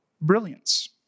brilliance